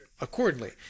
accordingly